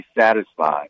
satisfied